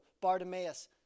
Bartimaeus